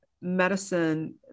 medicine